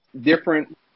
different